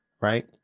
right